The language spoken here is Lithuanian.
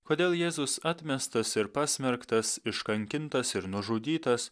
kodėl jėzus atmestas ir pasmerktas iškankintas ir nužudytas